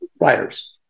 writers